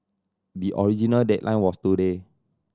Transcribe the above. the original deadline was today